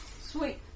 Sweet